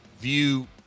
view